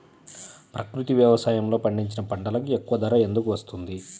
ప్రకృతి వ్యవసాయములో పండించిన పంటలకు ఎక్కువ ధర ఎందుకు వస్తుంది?